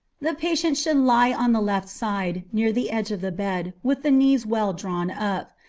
the patient should lie on the left side, near the edge of the bed, with the knees well drawn up.